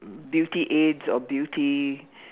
beauty aids or beauty